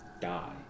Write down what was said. die